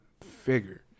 figure